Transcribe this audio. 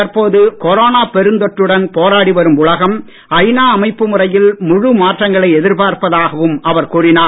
தற்போது கொரோனா பெருந்தொற்றுடன் போராடி வரும் உலகம் ஐ நா அமைப்பு முறையில் முழு மாற்றங்களை எதிர்பார்ப்பதாகவும் அவர் கூறினார்